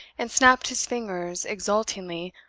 and snapped his fingers exultingly.